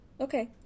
Okay